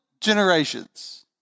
generations